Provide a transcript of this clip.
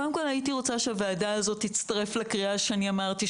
קודם כל הייתי רוצה שהוועדה הזאת תצטרף לקריאה שאמרתי,